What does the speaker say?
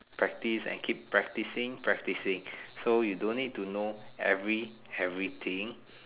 practice and keep practicing practicing so you don't need to know every every everything